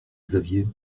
xavier